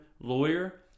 lawyer